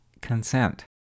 consent